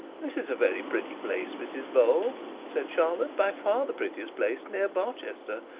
this is a very pretty place, mrs bold said charlotte by far the prettiest place near barchester.